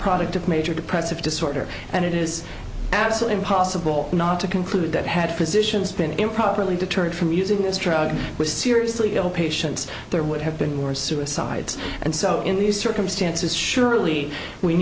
product of major depressive disorder and it is absolutely impossible not to conclude that had physicians been improperly deterred from using this drug which seriously ill patients there would have been more suicides and so in these circumstances surely we